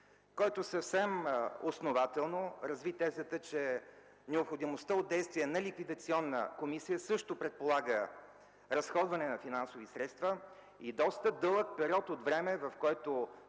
който съвсем основателно разви тезата, че необходимостта от действия на ликвидационна комисия също предполага разходване на финансови средства и доста дълъг период от време, в който